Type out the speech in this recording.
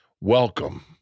Welcome